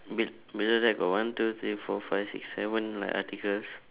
be~ before that got one two three four five six seven like articles